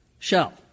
Shell